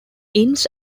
inns